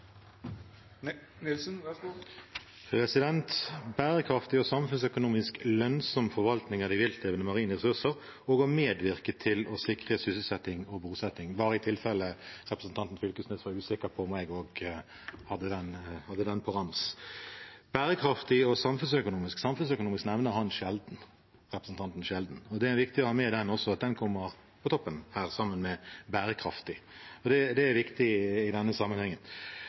Bærekraftig og samfunnsøkonomisk lønnsom forvaltning av de viltlevende marine ressurser, og å medvirke til å sikre sysselsetting og bosetting, står det – bare i tilfelle representanten Knag Fylkesnes var usikker på meg og kunne den på rams. Bærekraftig og samfunnsøkonomisk – samfunnsøkonomisk nevner representanten sjelden, og det er viktig å ha med det også, at det kommer på toppen her, sammen med bærekraftig. Det er viktig i denne sammenhengen.